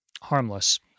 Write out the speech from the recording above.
harmless